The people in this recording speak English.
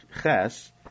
Ches